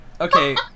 Okay